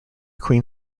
queen